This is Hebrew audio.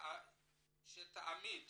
שתעמיד